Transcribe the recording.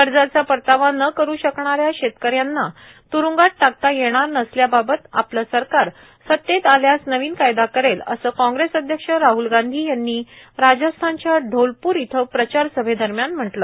कर्जाचा परतावा न करू शकणाऱ्या शेतकऱ्यांना त्रुंगात टाकता येणार नसल्या बाबत आपल सरकार सत्तेत आल्यास नवीन कायदा करेल असं कॉग्रेस अध्यक्ष राहल गांधी यांनी राजस्थानच्या ढोलपूर इथं प्रचारसभे दरम्यान म्हटलं